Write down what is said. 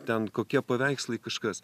ten kokie paveikslai kažkas